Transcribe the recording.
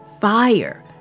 fire